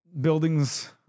buildings